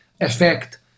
effect